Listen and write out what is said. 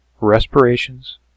respirations